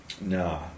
no